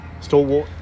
stalwart